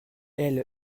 elle